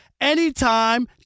anytime